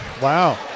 Wow